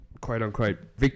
quote-unquote